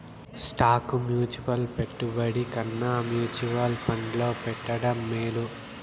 stock mutual పెట్టుబడి కన్నా mutual ఫండ్లో పెట్టడం మేలు